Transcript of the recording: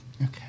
Okay